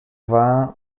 vint